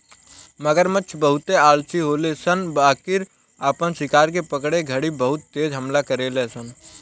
मगरमच्छ बहुते आलसी होले सन बाकिर आपन शिकार के पकड़े घड़ी बहुत तेज हमला करेले सन